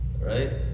Right